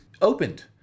opened